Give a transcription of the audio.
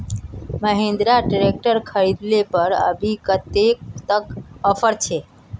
Mahindra tractor खरीद ले पर अभी कतेक तक ऑफर छे?